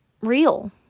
real